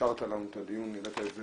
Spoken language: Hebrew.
העשרת לנו את הדיון, העלית את זה,